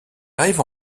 arrive